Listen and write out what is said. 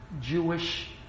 Jewish